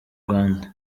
rwanda